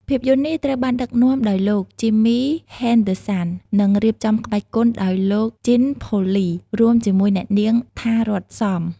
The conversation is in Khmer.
ភាពយន្តនេះត្រូវបានដឹកនាំដោយលោក Jimmy Henderson និងរៀបចំក្បាច់គុនដោយលោក Jean-Paul Ly រួមជាមួយអ្នកនាង ថា រ័ត្ន សំ។